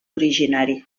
originari